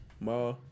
Ma